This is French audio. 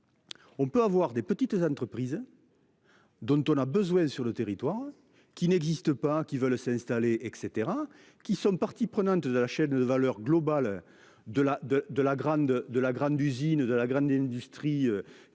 On peut avoir des petites entreprises. Dont on a besoin sur le territoire qui n'existent pas, qui veulent s'installer et caetera qui sommes partie prenante de la chaîne de valeur globale. De la, de, de la grande de